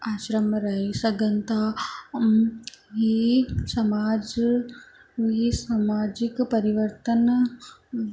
आश्रम में रही सघनि था ऐं ही समाजु ही सामाजिक परिवर्तन